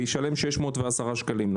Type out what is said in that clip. וישלם 610 שקלים,